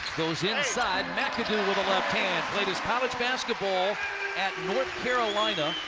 goes inside. mcadoo with the left hand, played his college basketball at north carolina,